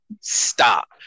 stop